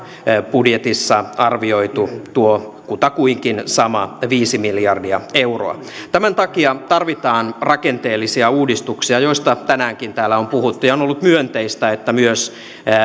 budjetissa arvioitu tuo kutakuinkin sama viisi miljardia euroa tämän takia tarvitaan rakenteellisia uudistuksia joista tänäänkin täällä on puhuttu ja on ollut myönteistä että myös